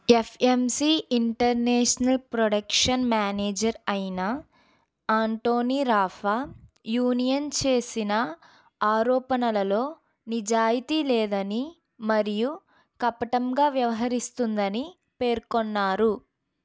FMC international production manager అయిన Antoni Rafa union చేసిన ఆరోపణలలో నిజాయితీ లేదని మరియు కపటంగా వ్యవహరిస్తుందని పేర్కొన్నారు